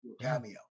cameo